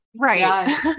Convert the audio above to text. right